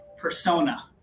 persona